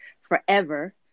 forever